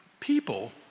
People